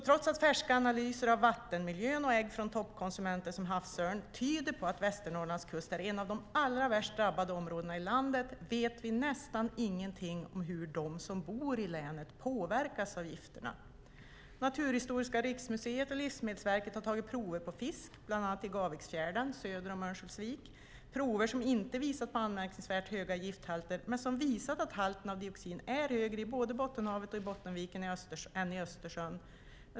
Trots att färska analyser av vattenmiljön och ägg från toppkonsumenter som havsörn tyder på att Västernorrlandskusten är ett av de allra värst drabbade områdena i landet vet vi nästan ingenting om hur de som bor i länet påverkas av gifterna. Naturhistoriska riksmuseet och Livsmedelsverket har tagit prover på fisk, bland annat i Gaviksfjärden söder om Örnsköldsvik, som inte visar på anmärkningsvärt höga gifthalter men som visar att halten av dioxin är högre i både Bottenhavet och Bottenviken än i Östersjön.